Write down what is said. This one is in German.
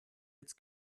jetzt